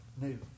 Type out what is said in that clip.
new